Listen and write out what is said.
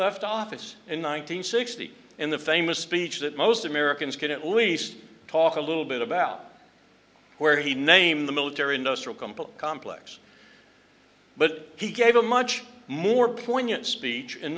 left office in one nine hundred sixty in the famous speech that most americans could at least talk a little bit about where he named the military industrial complex complex but he gave a much more poignant speech in